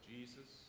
Jesus